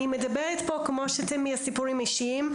אני מדברת פה מסיפורים אישיים.